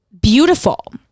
beautiful